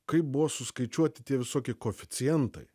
kaip buvo suskaičiuoti tie visokie koeficientai